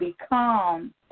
become